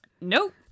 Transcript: Nope